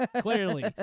Clearly